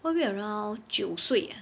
probably around 九岁 ah